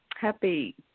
happy